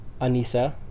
Anissa